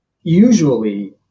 usually